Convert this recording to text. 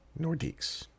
Nordiques